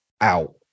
out